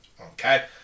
Okay